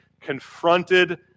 confronted